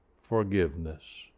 forgiveness